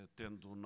tendo